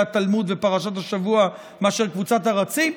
התלמוד ופרשת השבוע מאשר קבוצת הרצים.